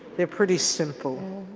they're pretty simple.